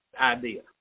idea